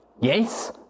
Yes